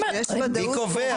מי קובע?